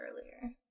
earlier